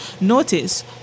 Notice